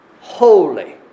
holy